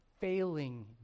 failing